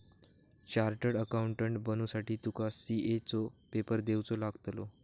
chartered accountant बनुसाठी तुका CA चो पेपर देवचो लागतलो